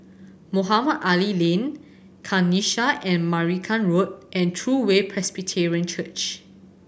Mohamed Ali Lane Kanisha I Marican Road and True Way Presbyterian Church